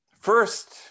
First